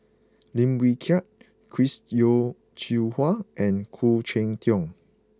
Lim Wee Kiak Chris Yeo Siew Hua and Khoo Cheng Tiong